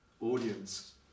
audience